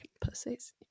pussies